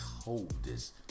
coldest